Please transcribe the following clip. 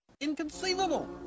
Inconceivable